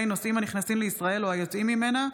נוסעים הנכנסים לישראל או היוצאים ממנה,